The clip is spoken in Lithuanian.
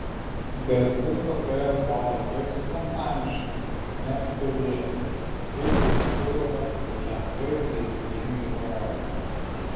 bet visa tai atrodo taip spontaniška net stebiesi kaip jie sugeba ją taip geidulingai parodyti